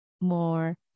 more